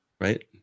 right